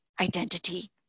identity